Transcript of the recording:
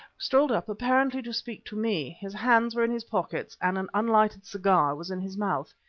strolled up apparently to speak to me his hands were in his pockets and an unlighted cigar was in his mouth.